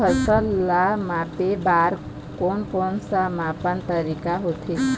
फसल ला मापे बार कोन कौन सा मापन तरीका होथे?